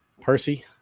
Percy